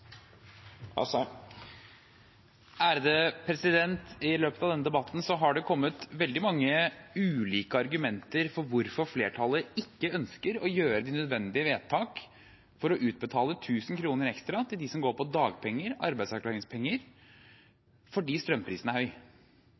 I løpet av denne debatten har det kommet veldig mange ulike argumenter for hvorfor flertallet ikke ønsker å gjøre de nødvendige vedtak for å utbetale 1 000 kr ekstra til dem som går på dagpenger eller arbeidsavklaringspenger fordi strømprisen er høy.